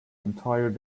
entire